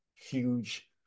Huge